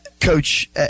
Coach